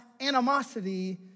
animosity